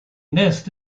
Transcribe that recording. nest